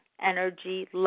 energy